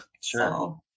Sure